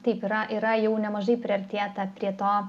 taip yra yra jau nemažai priartėta prie to